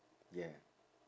yeah